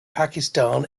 pakistan